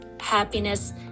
happiness